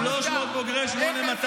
300 בוגרי 8200: